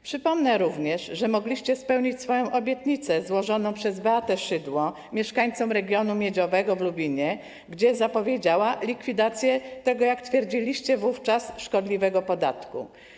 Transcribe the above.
Przypomnę również, że mogliście spełnić swoją obietnicę złożoną przez Beatę Szydło mieszkańcom regionu miedziowego w Lubinie, gdzie zapowiedziała likwidację tego, jak twierdziliście wówczas, szkodliwego podatku.